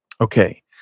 Okay